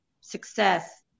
success